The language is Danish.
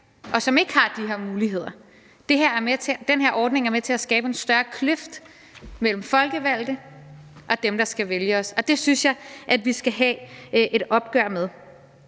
og som ikke har de her muligheder. Den her ordning med til at skabe en større kløft mellem folkevalgte og dem, der skal vælge dem. Og det synes jeg vi skal have et opgør med.